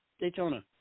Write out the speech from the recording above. Daytona